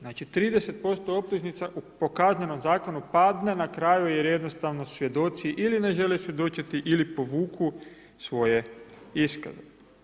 Znači 30% optužnica po Kaznenom zakonu padne na kraju jer jednostavno svjedoci ili ne žele svjedočiti ili povuku svoje iskaze.